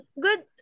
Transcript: good